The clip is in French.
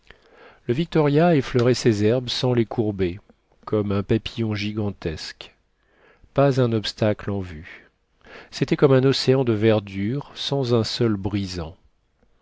le victoria effleurait ces herbes sans les courber comme un papillon gigantesque pas un obstacle en vue c'était comme un océan de verdure sans un seul brisant